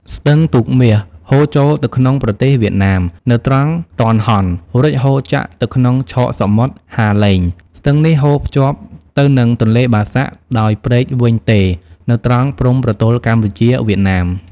ស្ទឹងទូកមាស ហូរចូលទៅក្នុងប្រទេសវៀតណាម នៅត្រង់ទាន់ហន់ រួចហូរចាក់ទៅក្នុងឆកសមុទ្រហាឡេង ស្ទឹងនេះហូរភ្ជាប់ទៅនឹងទន្លេបាសាក់ដោយព្រែកវិញទេរនៅត្រង់ព្រំប្រទល់កម្ពុជា-វៀតណាម។